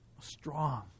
Strong